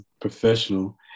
professional